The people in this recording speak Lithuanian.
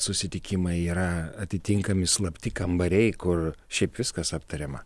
susitikimai yra atitinkami slapti kambariai kur šiaip viskas aptariama